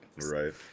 right